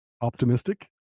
Optimistic